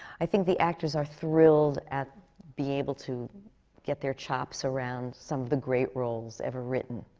i think the actors are thrilled at being able to get their chops around some of the great roles ever written.